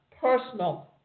personal